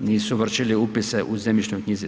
nisu vršili upise u zemljišnoj knjizi.